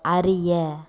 அறிய